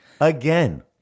again